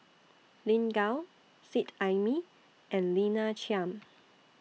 Lin Gao Seet Ai Mee and Lina Chiam